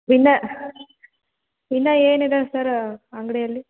ಇನ್ನು ಇನ್ನು ಏನು ಇದ್ದಾವೆ ಸರ್ ಅಂಗಡಿಯಲ್ಲಿ